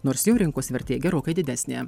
nors jų rinkos vertė gerokai didesnė